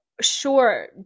sure